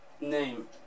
name